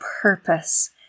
purpose